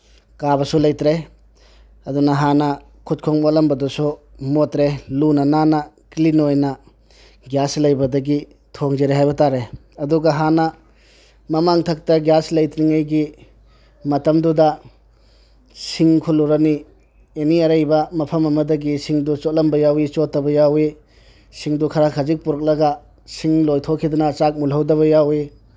ꯀꯥꯕꯁꯨ ꯂꯩꯇꯔꯦ ꯑꯗꯨꯅ ꯍꯥꯟꯅ ꯈꯨꯠ ꯈꯣꯡ ꯃꯣꯠꯂꯝꯕꯗꯨꯁꯨ ꯃꯣꯠꯇ꯭ꯔꯦ ꯂꯨꯅ ꯅꯥꯟꯅ ꯀ꯭ꯂꯤꯟ ꯑꯣꯏꯅ ꯒ꯭ꯌꯥꯁ ꯂꯩꯕꯗꯒꯤ ꯊꯣꯡꯖꯔꯦ ꯍꯥꯏꯕ ꯇꯥꯔꯦ ꯑꯗꯨꯒ ꯍꯥꯟꯅ ꯃꯃꯥꯡꯊꯛꯇ ꯒ꯭ꯌꯥꯁ ꯂꯩꯇ꯭ꯔꯤꯉꯩꯒꯤ ꯃꯇꯝꯗꯨꯗ ꯁꯤꯡ ꯈꯨꯜꯂꯨꯔꯅꯤ ꯑꯦꯅꯤ ꯑꯔꯩꯕ ꯃꯐꯝ ꯑꯃꯗꯒꯤ ꯁꯤꯡꯗꯣ ꯆꯣꯠꯂꯝꯕ ꯌꯥꯎꯏ ꯆꯣꯠꯇꯕ ꯌꯥꯎꯏ ꯁꯤꯡꯗꯣ ꯈꯔ ꯈꯖꯤꯛ ꯄꯨꯔꯛꯂꯒ ꯁꯤꯡ ꯂꯣꯏꯊꯣꯛꯈꯤꯗꯅ ꯆꯥꯛ ꯃꯨꯜꯍꯧꯗꯕ ꯌꯥꯎꯏ